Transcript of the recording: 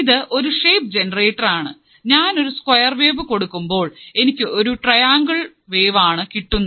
ഇത് ഒരു shape generator ആണ് ഞാനൊരു ഒരു സ്ക്വയർ വേവ് കൊടുക്കുമ്പോൾ എനിക്ക് ഒരു ട്രയാങ്കിൾ വേവ് ആണ് കിട്ടുന്നത്